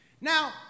Now